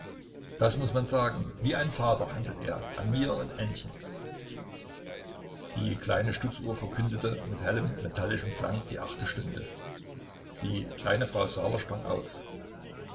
das muß man sagen wie ein vater handelt er an mir und ännchen die kleine stutzuhr verkündete mit hellem metallischem klang die achte stunde die kleine frau saaler sprang auf